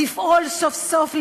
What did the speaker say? לפעול סוף-סוף לשינוי,